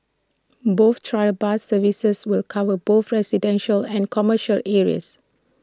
both trial bus services will cover both residential and commercial areas